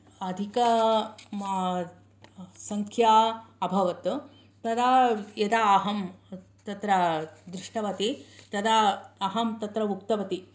अधिकसंख्या अभवत् तदा यदा अहं तत्र दृष्टवती तदा अहं तत्र उक्तवती